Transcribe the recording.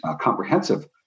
comprehensive